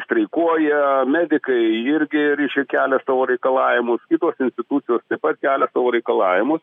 streikuoja medikai irgi reiškia kelia savo reikalavimus kitos pusės pat kelia tavo reikalavimus